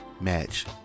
match